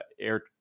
air